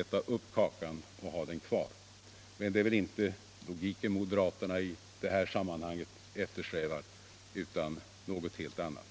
äta upp kakan och ha den kvar. Men det är väl inte logiken som moderaterna i det här sammanhanget eftersträvar, utan något helt annat.